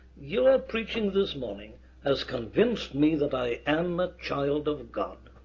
your preaching this morning has convinced me that i am a child of god,